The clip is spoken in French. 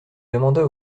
demanda